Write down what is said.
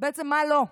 בעצם מה לא?